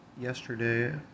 yesterday